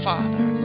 Father